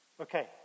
Okay